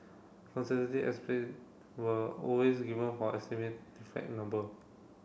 conservative were always given for estimate number